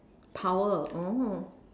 power oh